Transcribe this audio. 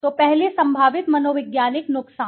तो पहले संभावित मनोवैज्ञानिक नुकसान